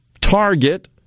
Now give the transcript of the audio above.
target